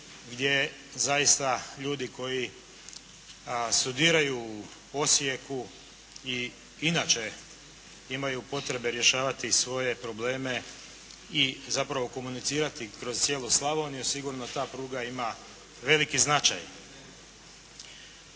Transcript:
gdje zaista ljudi koji studiraju u Osijeku i inače imaju potrebe rješavati svoje probleme i zapravo komunicirati kroz cijelu Slavoniju, sigurno ta pruga ima veliki značaj.